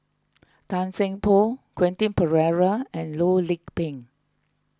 Tan Seng Poh Quentin Pereira and Loh Lik Peng